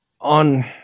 on